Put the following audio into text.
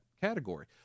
category